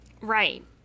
right